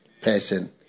person